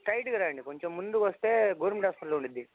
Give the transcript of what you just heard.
దానికి స్ట్రైట్గా రండి కొంచెం ముందుకు వస్తే గవర్నమెంట్ హాస్పిటల్ ఉంటుంది